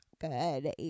good